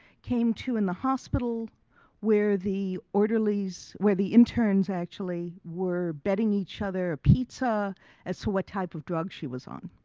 came to in the hospital where the orderlies, where the interns actually were betting each other a pizza as to what type of drug she was on.